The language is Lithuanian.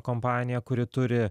kompanija kuri turi